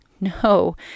no